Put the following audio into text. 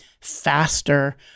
faster